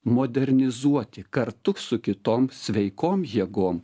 modernizuoti kartu su kitom sveikom jėgom